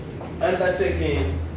undertaking